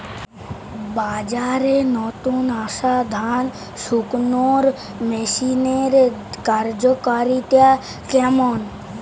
বাজারে নতুন আসা ধান শুকনোর মেশিনের কার্যকারিতা কেমন?